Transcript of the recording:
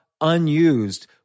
unused